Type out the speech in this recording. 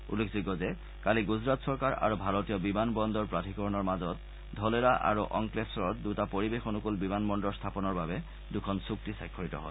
উল্লেখযোগ্য যে কালি গুজৰাট চৰকাৰ আৰু ভাৰতীয় বিমান বন্দৰ প্ৰাধিকৰণৰ মাজত ধলেৰা আৰু অংক্লেশ্বৰত দুটা পৰিৱেশ অনুকূল বিমান বন্দৰ স্থাপনৰ বাবে দুখন চূক্তি স্বাক্ষৰিত হয়